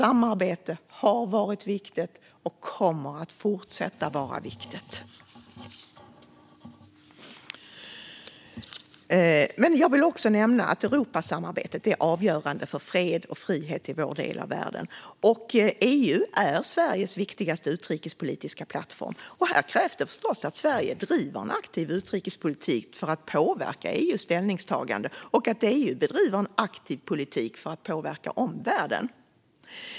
Samarbete har varit viktigt och kommer att fortsätta vara viktigt. Europasamarbetet är också avgörande för fred och frihet i vår del av världen. EU är Sveriges viktigaste utrikespolitiska plattform. Här krävs det förstås att Sverige bedriver en aktiv utrikespolitik för att påverka EU:s ställningstaganden och att EU bedriver en aktiv politik för att påverka omvärlden.